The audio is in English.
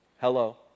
hello